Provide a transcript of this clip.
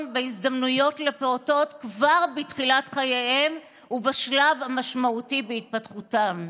בהזדמנויות לפעוטות כבר בתחילת חייהם ובשלב המשמעותי בהתפתחותם.